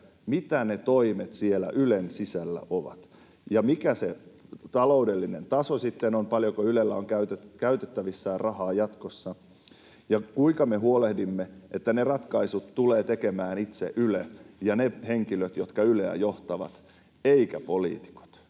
mitä ne toimet siellä Ylen sisällä ovat ja mikä se taloudellinen taso sitten on: paljonko Ylellä on käytettävissään rahaa jatkossa, ja kuinka me huolehdimme, että ne ratkaisut tulee tekemään itse Yle ja ne henkilöt, jotka Yleä johtavat, eivätkä poliitikot.